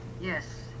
Yes